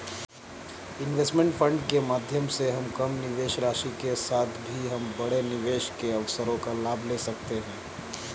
investment fund के माध्यम से हम कम निवेश राशि के साथ भी हम बड़े निवेश के अवसरों का लाभ ले सकते हैं